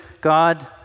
God